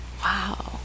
Wow